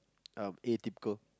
um Atypical